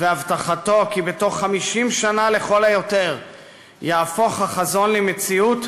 והבטחתו כי בתוך 50 שנה לכל היותר יהפוך החזון למציאות,